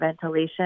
ventilation